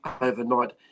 overnight